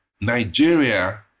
Nigeria